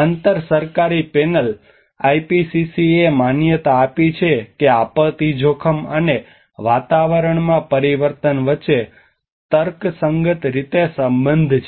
આંતરસરકારી panel આઇપીસીસીએ માન્યતા આપી છે કે આપત્તિ જોખમ અને વાતાવરણમાં પરિવર્તન વચ્ચે તર્કસંગત રીતે સંબંધ છે